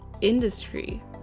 industry